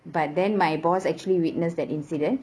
but then my boss actually witnessed that incident